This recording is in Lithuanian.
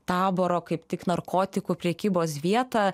taboro kaip tik narkotikų prekybos vietą